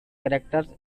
characters